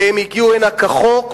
והם הגיעו הנה כחוק,